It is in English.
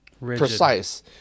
precise